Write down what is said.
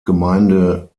gemeinde